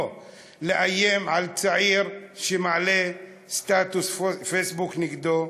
לאיים על צעיר שמעלה סטטוס פייסבוק נגדו,